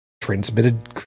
transmitted